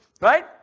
Right